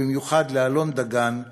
ובמיוחד לאלון דגן,